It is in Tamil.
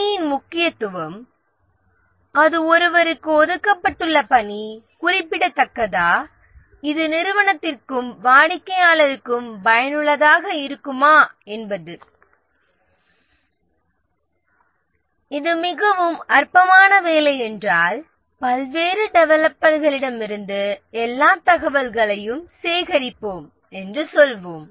பணியின் முக்கியத்துவம் அது ஒருவருக்கு ஒதுக்கப்பட்டுள்ள பணி குறிப்பிடத்தக்கதா இது நிறுவனத்திற்கும் வாடிக்கையாளருக்கும் பயனுள்ளதாக இருக்குமா என்பது இது மிகவும் முக்கியமற்ற வேலை என்றால் பல்வேறு டெவலப்பர்களிடமிருந்து எல்லா தகவல்களையும் சேகரிப்போம் என்று சொல்வோம்